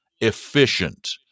efficient